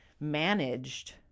managed